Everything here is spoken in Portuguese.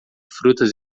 frutas